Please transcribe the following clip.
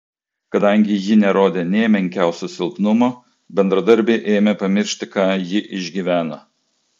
kadangi ji nerodė nė menkiausio silpnumo bendradarbiai ėmė pamiršti ką ji išgyveno